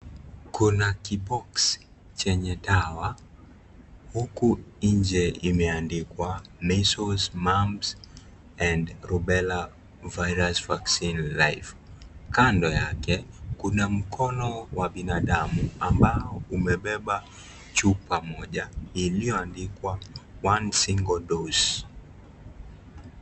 Kuna kiboksi Chenye dawa huku nje imeandikwa " Measles, Mumps and Rubella Virus Vaccine live ". Kando yake kuna mkono wa binadamu ambao umebeba chupa moja iliyoandikwa " One single dose "